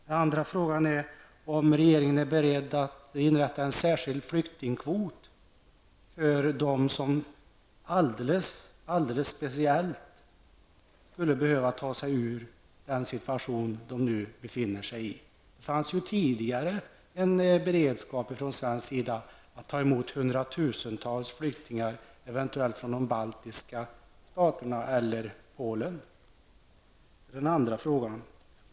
Den andra frågan är om regeringen är beredd att inrätta en särskild flyktingkvot för dem som alldeles speciellt skulle behöva ta sig ur den situation de nu befinner sig i. Det fanns ju tidigare en beredskap från svensk sida att eventuellt ta emot hundratusentals flyktingar från de baltiska staterna eller från Polen. Det är den andra frågan.